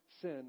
sin